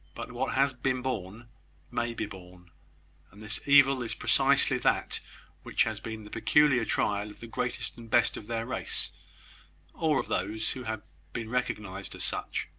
but what has been borne may be borne and this evil is precisely that which has been the peculiar trial of the greatest and best of their race or of those who have been recognised as such.